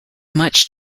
much